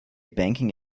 banking